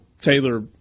Taylor